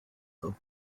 though